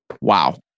Wow